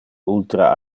ultra